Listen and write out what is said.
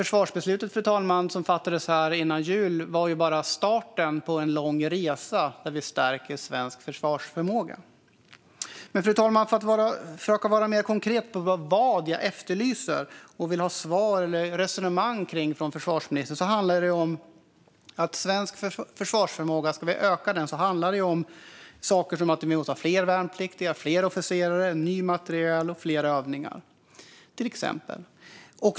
Försvarsbeslutet som fattades här före jul var ju bara starten på en lång resa för att stärka svensk försvarsförmåga. Men för att vara mer konkret med vad jag efterlyser och vill ha svar på eller resonemang kring från försvarsministern handlar det om att om vi ska öka svensk försvarsförmåga måste vi ha fler värnpliktiga, fler officerare, ny materiel och fler övningar, till exempel.